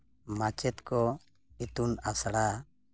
ᱢᱟᱪᱮᱫ ᱠᱚ ᱤᱛᱩᱱ ᱟᱥᱲᱟ